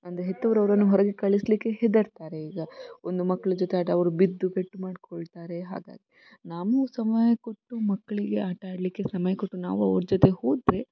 ಅಂದರೆ ಹೆತ್ತವರು ಅವರನ್ನು ಹೊರಗೆ ಕಳಿಸಲಿಕ್ಕೆ ಹೆದರ್ತಾರೆ ಈಗ ಒಂದು ಮಕ್ಳ ಜೊತೆ ಆಟ ಅವರು ಬಿದ್ದು ಪೆಟ್ಟು ಮಾಡಿಕೊಳ್ತಾರೆ ಹಾಗಾಗಿ ನಾವು ಸಮಯ ಕೊಟ್ಟು ಮಕ್ಕಳಿಗೆ ಆಟ ಆಡಲಿಕ್ಕೆ ಸಮಯ ಕೊಟ್ಟು ನಾವು ಅವ್ರ ಜೊತೆ ಹೋದರೆ